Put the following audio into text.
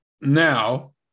now